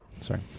Sorry